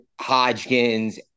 Hodgkins